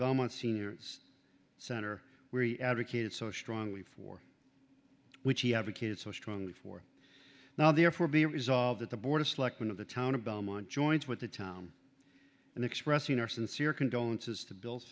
belmont senior center where he advocated so strongly for which he advocated so strongly for now therefore be resolved at the board of selectmen of the town of beaumont joints went to town and expressing our sincere condolences to bil